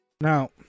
Now